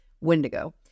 Wendigo